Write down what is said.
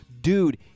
Dude